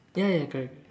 ya ya correct correct